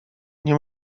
nie